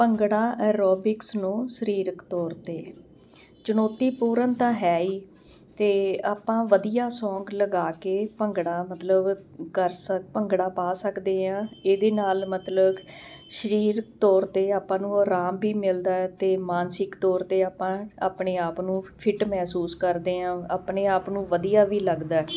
bhangra aerobics ਨੂੰ ਸਰੀਰਕ ਤੌਰ 'ਤੇ ਚੁਣੌਤੀਪੂਰਨ ਤਾਂ ਹੈ ਹੀ ਅਤੇ ਆਪਾਂ ਵਧੀਆ ਸੌਂਗ ਲਗਾ ਕੇ ਭੰਗੜਾ ਮਤਲਬ ਕਰ ਸਕ ਭੰਗੜਾ ਪਾ ਸਕਦੇ ਹਾਂ ਇਹਦੇ ਨਾਲ ਮਤਲਬ ਸਰੀਰਿਕ ਤੌਰ 'ਤੇ ਆਪਾਂ ਨੂੰ ਆਰਾਮ ਵੀ ਮਿਲਦਾ ਅਤੇ ਮਾਨਸਿਕ ਤੌਰ 'ਤੇ ਆਪਾਂ ਆਪਣੇ ਆਪ ਨੂੰ ਫਿਟ ਮਹਿਸੂਸ ਕਰਦੇ ਹਾਂ ਆਪਣੇ ਆਪ ਨੂੰ ਵਧੀਆ ਵੀ ਲੱਗਦਾ